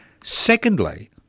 Secondly